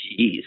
Jeez